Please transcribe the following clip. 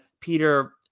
Peter